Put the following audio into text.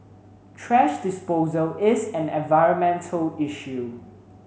thrash disposal is an environmental issue